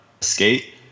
skate